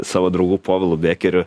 savo draugu povilu bekeriu